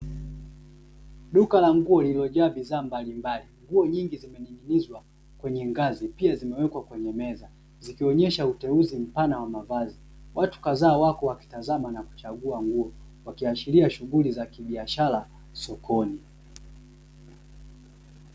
Duka la nguo lililojaa bidhaa mbalimbali. Nguo nyingi zimening'inizwa kwenye ngazi, pia zimewekwa kwenye meza, zikionyesha uteuzi mpana wa mavazi. Watu kadhaa wako wakitazama na kuchagua nguo, wakiashiria shughuli za kibiashara sokoni.